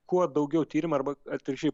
kuo daugiau tyrimų arba atvirkščiai